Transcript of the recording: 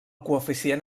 coeficient